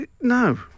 No